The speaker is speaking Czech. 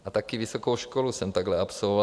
A taky vysokou školu jsem takhle absolvoval.